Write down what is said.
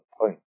point